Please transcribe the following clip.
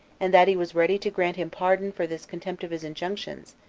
and that he was ready to grant him pardon for this contempt of his injunctions,